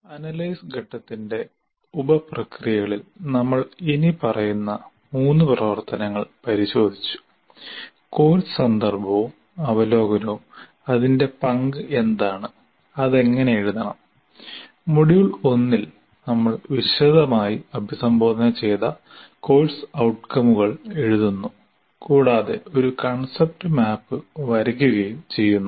analyse ഘട്ടത്തിന്റെ ഉപപ്രക്രിയകളിൽ നമ്മൾ ഇനിപ്പറയുന്ന മൂന്ന് പ്രവർത്തനങ്ങൾ പരിശോധിച്ചു കോഴ്സ് സന്ദർഭവും അവലോകനവും അതിന്റെ പങ്ക് എന്താണ് അത് എങ്ങനെ എഴുതണം മൊഡ്യൂൾ 1 ൽ നമ്മൾ വിശദമായി അഭിസംബോധന ചെയ്ത കോഴ്സ് ഔട്കമുകൾ എഴുതുന്നു കൂടാതെ ഒരു കൺസെപ്റ്റ് മാപ്പ് വരയ്ക്കുകയും ചെയ്യുന്നു